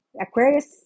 Aquarius